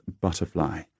Butterfly